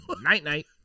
Night-night